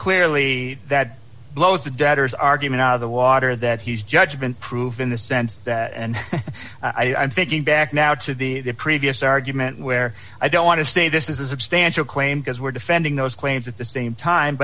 clearly that blows the debtor's argument out of the water that he's judgment proof in the sense that and i'm thinking back now to the previous argument where i don't want to say this is a substantial claim because we're defending those claims at the same time